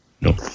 no